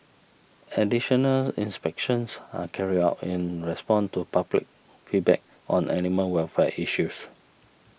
additional inspections are carried out in response to public feedback on the animal welfare issues